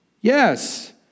Yes